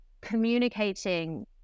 communicating